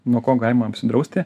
nuo ko galima apsidrausti